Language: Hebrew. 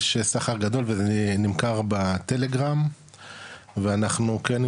יש סחר גדול וזה נמכר בטלגרם ואנחנו כן,